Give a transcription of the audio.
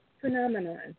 phenomenon